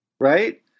Right